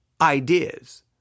ideas